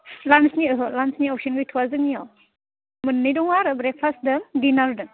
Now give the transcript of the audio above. लान्सनि ओहो लान्सनि अपस'न गैथ'वा जोंनियाव मोननै दङ आरो ब्रेकफास्ट दं डिनार दं